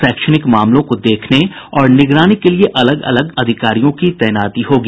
शैक्षणिक मामलों को देखने और निगरानी के लिये अलग अलग अधिकारियों की तैनाती होगी